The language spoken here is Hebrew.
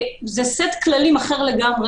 סט כללים אחר לגמרי,